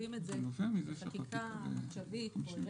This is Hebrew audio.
משווים את זה לחקיקה עכשווית קוהרנטית.